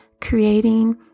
creating